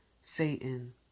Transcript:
Satan